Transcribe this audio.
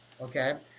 okay